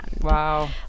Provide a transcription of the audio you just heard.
Wow